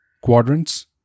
quadrants